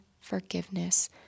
forgiveness